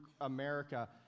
America